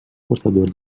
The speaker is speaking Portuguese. portador